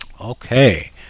okay